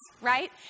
Right